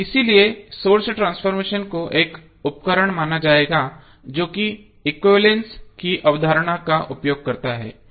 इसलिए source transformation को एक उपकरण माना जाएगा जो एक्विवैलेन्स की अवधारणा का उपयोग करता है